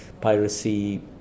piracy